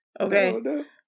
Okay